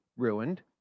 Ruined